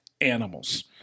animals